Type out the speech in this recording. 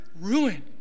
ruin